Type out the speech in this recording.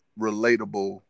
relatable